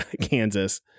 Kansas